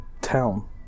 town